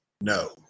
No